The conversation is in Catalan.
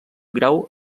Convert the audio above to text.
grau